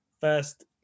first